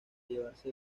llevarse